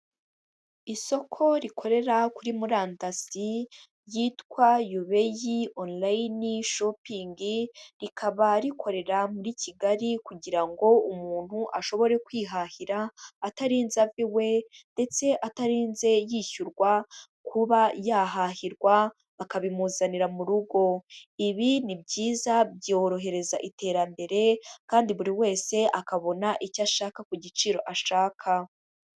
Isoko rikorera kuri murandasi ryitwa Yubeyi Onurayini Shopingi, rikaba rikorera muri Kigali kugira ngo umuntu ashobore kwihahira, atarinze ava iwe ndetse atarinze yishyurwa kuba yahahirwa, bakabimuzanira mu rugo. Ibi ni byiza byorohereza iterambere kandi buri wese akabona icyo ashaka ku giciro ashaka.